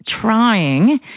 trying